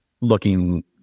looking